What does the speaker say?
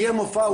יהיה מופע,